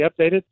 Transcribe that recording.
updated